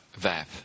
VAP